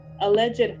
alleged